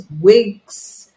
wigs